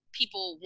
people